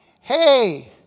Hey